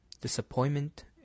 disappointment